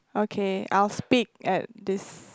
okay I'll speak at this